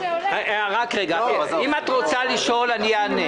אם את רוצה לשאול אני אענה.